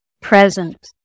present